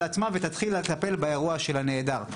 על עצמה ותתחיל לטפל באירוע הנעדר.